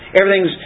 Everything's